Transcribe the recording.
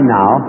now